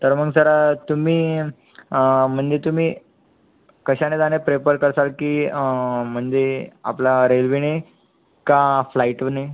तर मग सर तुम्ही म्हणजे तुम्ही कशाने जाणं प्रेफर करशाल की म्हणजे आपला रेल्वेने का फ्लाइटूने